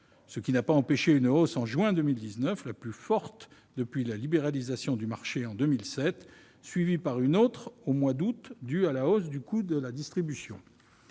mesure n'a pas empêché une hausse en juin 2019, la plus forte depuis la libéralisation du marché en 2007, suivie d'une autre au mois d'août, due à l'augmentation des coûts de distribution.